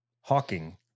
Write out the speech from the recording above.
Hawking